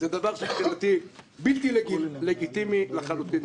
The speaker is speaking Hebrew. זה דבר שמבחינתי בלתי לגיטימי לחלוטין.